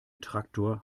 traktor